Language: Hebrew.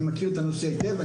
אני מכיר את הנושא היטב.